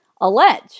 allege